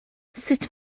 sut